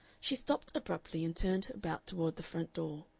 she stopped abruptly, and turned about toward the front door.